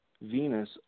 Venus